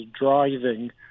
driving